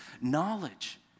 knowledge